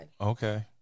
Okay